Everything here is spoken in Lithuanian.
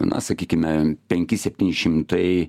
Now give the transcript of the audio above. na sakykime penki septyni šimtai